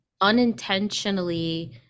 unintentionally